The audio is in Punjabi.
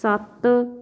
ਸੱਤ